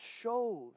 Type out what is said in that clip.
shows